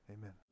amen